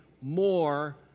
more